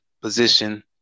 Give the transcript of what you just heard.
position